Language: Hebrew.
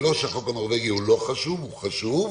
לא שהחוק הנורווגי הוא לא חשוב, הוא חשוב,